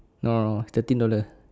no no no thirteen dollar